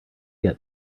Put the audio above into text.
get